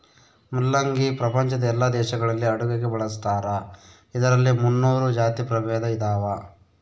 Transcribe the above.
ಮುಲ್ಲಂಗಿ ಪ್ರಪಂಚದ ಎಲ್ಲಾ ದೇಶಗಳಲ್ಲಿ ಅಡುಗೆಗೆ ಬಳಸ್ತಾರ ಇದರಲ್ಲಿ ಮುನ್ನೂರು ಜಾತಿ ಪ್ರಭೇದ ಇದಾವ